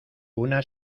una